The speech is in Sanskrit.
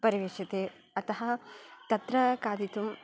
परिवेष्यते अतः तत्र खादितुं